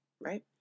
right